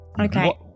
Okay